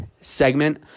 segment